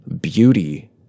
beauty